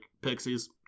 Pixies